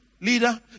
Leader